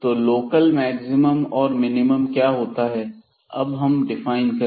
तो local maximum और minimum क्या होता है अब हम डिफाइन करेंगे